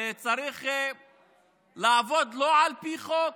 צריך לעבוד לא על פי חוק.